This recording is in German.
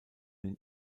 den